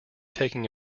taking